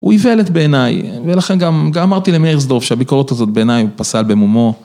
הוא איוולת בעיניי, ולכן גם אמרתי למאירסדורף שהביקורת הזאת בעיניי הוא פסל במומו.